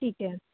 ਠੀਕ ਹੈ